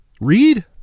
read